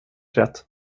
rätt